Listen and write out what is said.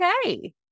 okay